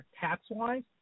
tax-wise